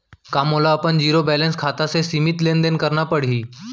का मोला अपन जीरो बैलेंस खाता से सीमित लेनदेन करना पड़हि?